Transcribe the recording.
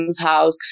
house